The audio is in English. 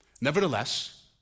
Nevertheless